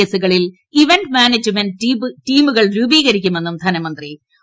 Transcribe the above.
എസുകളിൽ event management ടീമുകൾ രൂപീകരിക്കുമെന്നും ധനമന്ത്രി പറഞ്ഞു